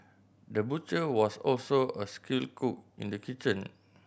the butcher was also a skilled cook in the kitchen